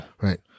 Right